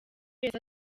yose